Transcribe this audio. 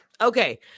Okay